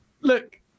Look